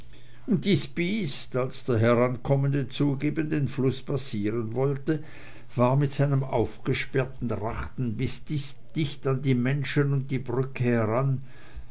als der herankommende zug eben den fluß passieren wollte war mit seinem aufgesperrten rachen bis dicht an die menschen und die brücke heran